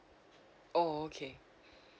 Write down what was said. oh okay